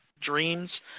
dreams